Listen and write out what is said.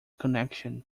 connection